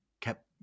kept